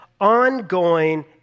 ongoing